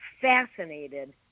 fascinated